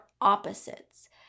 opposites